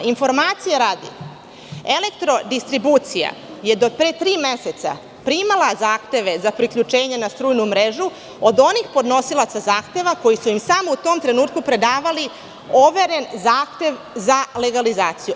Informacije radi, Elektrodistribucija je do pre tri meseca primala zahteve za priključenje na strujnu mrežu od onih podnosilaca zahteva koji su im samo u tom trenutku predavali overen zahtev za legalizaciju.